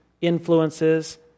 influences